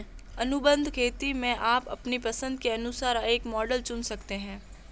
अनुबंध खेती में आप अपनी पसंद के अनुसार एक मॉडल चुन सकते हैं